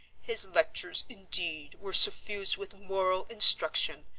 his lectures, indeed, were suffused with moral instruction,